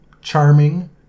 charming